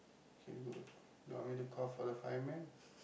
k good do you want me to call for the firemen